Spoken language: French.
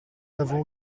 n’avons